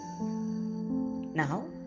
now